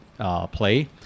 play